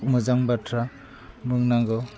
मोजां बाथ्रा बुंनांगौ